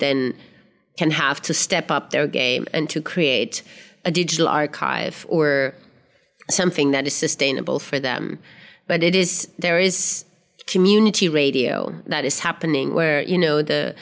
then can have to step up their game and to create a digital archive or something that is sustainable for them but it is there is community radio that is happening where you know the